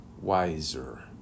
wiser